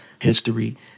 history